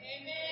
Amen